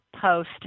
post